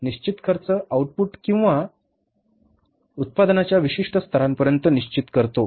निश्चित खर्च आउटपुट किंवा उत्पादनाच्या विशिष्ट स्तरापर्यंत निश्चित राहतो